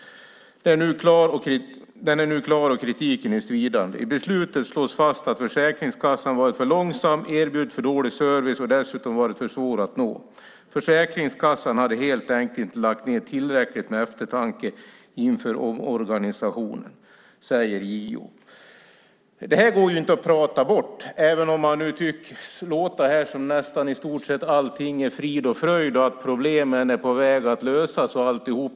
Den är nu klar och kritiken är svidande. I beslutet slås fast att Försäkringskassan varit för långsam, erbjudit för dålig service och dessutom varit för svår att nå. - Försäkringskassan hade helt enkelt inte lagt ned tillräckligt med eftertanke inför omorganiseringen" säger JO. Det här går ju inte att prata bort, även om det låter här som om i stort sett allting är frid och fröjd och att problemen är på väg att lösas.